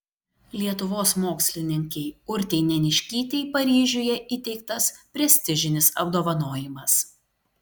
lietuvos mokslininkei urtei neniškytei paryžiuje įteiktas prestižinis apdovanojimas